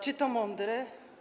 Czy to mądre?